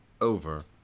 over